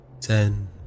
Ten